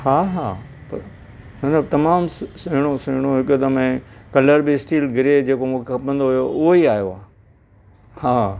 हा हा त न न तमामु सु सुहिणो सुहिणो हिकदमि ऐं कलर बि स्ट्रील ग्रे जेको मूंखे खपंदो हुयो उहेई आयो आहे हा